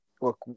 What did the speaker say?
look